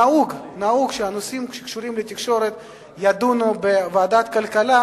נהוג שהנושאים שקשורים בתקשורת נדונים בוועדת הכלכלה.